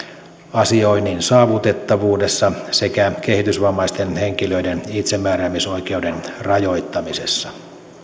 asioinnin saavutettavuudessa sekä kehitysvammaisten henkilöiden itsemääräämisoikeuden rajoittamisessa